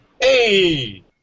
Hey